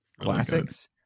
classics